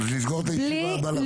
נו, אז לסגור את הישיבה מה לעשות?